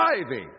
driving